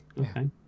Okay